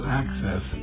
access